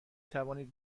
توانید